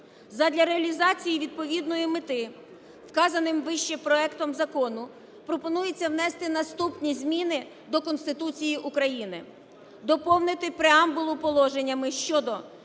Задля реалізації відповідної мети вказаним вище проектом закону пропонується внести наступні зміни до Конституції України. Доповнити преамбулу положеннями щодо